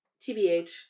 TBH